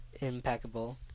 Impeccable